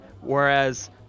Whereas